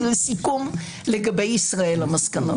לסיכום, לגבי ישראל המסקנות.